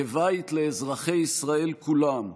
כבית לאזרחי ישראל כולם,